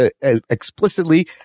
explicitly